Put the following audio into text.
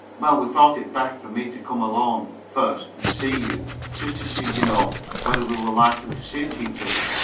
well, we thought it best for me to come alone, first, and see just to see, you know whether we were likely to suit each other.